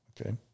okay